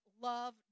love